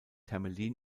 hermelin